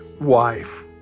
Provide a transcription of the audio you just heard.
wife